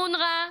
אונר"א,